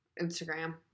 Instagram